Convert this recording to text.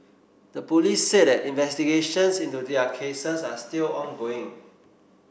the police said that investigations into their cases are still ongoing